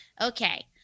okay